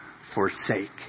forsake